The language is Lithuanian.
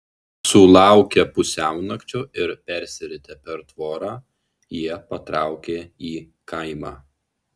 sulaukę pusiaunakčio ir persiritę per tvorą jie patraukė į kaimą